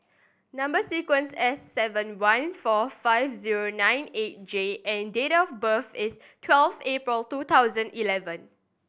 number sequence S seven one four five zero nine eight J and date of birth is twelve April two thousand eleven